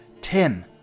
Tim